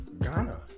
Ghana